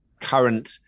current